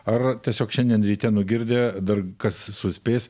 ar tiesiog šiandien ryte nugirdę dar kas suspės